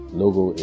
logo